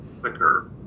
quicker